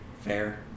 Fair